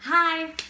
Hi